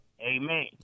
Amen